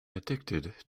addicted